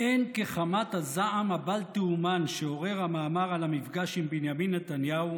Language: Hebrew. "אין כחמת הזעם הבל תאומן שעורר המאמר על המפגש עם בנימין נתניהו